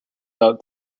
out